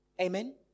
Amen